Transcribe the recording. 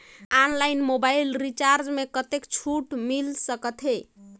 Online mobile recharge मे कतेक छूट मिल सकत हे?